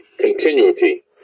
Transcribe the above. continuity